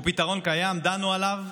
הוא פתרון קיים, דנו עליו,